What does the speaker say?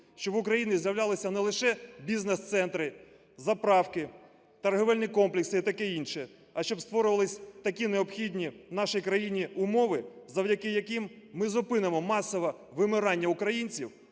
щоб в Україні з'являлися не лише бізнес-центри, заправки, торгівельні комплекси і таке інше, а щоб створювалися такі необхідні нашій країні умови, завдяки яким ми зупинимо масове вимирання українців